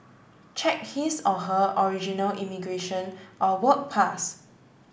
check his or her original immigration or work pass